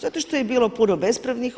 Zato što je bilo puno bespravnih.